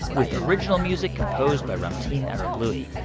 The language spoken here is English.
with original music composed by ramtin arablouei.